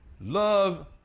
love